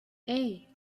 hey